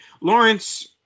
Lawrence